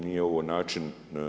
Nije ovo način.